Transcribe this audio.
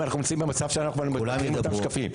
אנחנו נמצאים במצב שבו אנחנו עם אותם שקפים.